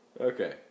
Okay